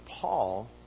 Paul